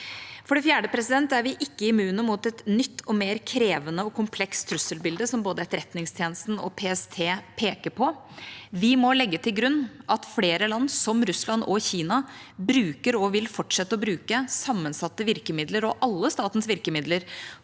For det fjerde er vi ikke immune mot et nytt og mer krevende og komplekst trusselbilde, som både Etterretningstjenesten og PST peker på. Vi må legge til grunn at flere land, som Russland og Kina, bruker og vil fortsette å bruke sammensatte virkemidler og alle statens virkemidler